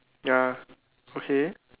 ya okay